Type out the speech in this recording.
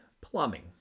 Plumbing